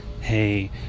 Hey